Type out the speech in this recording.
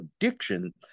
addiction